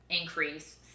increase